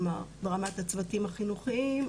ברמת הצוותים החינוכיים,